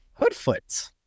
Hoodfoot